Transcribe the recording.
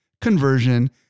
conversion